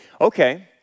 Okay